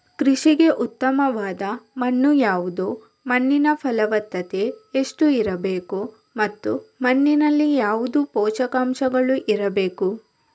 ಕೃಷಿಗೆ ಉತ್ತಮವಾದ ಮಣ್ಣು ಯಾವುದು, ಮಣ್ಣಿನ ಫಲವತ್ತತೆ ಎಷ್ಟು ಇರಬೇಕು ಮತ್ತು ಮಣ್ಣಿನಲ್ಲಿ ಯಾವುದು ಪೋಷಕಾಂಶಗಳು ಇರಬೇಕು?